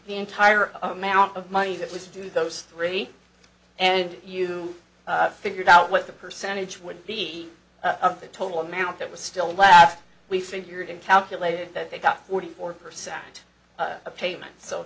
the entire amount of money that was due those three and you figured out what the percentage would be of the total amount that was still laugh we figure it calculated that they got forty four percent a payment so